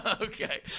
Okay